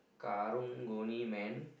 garang-guni man